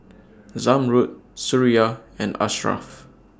Zamrud Suria and Ashraff